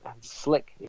slick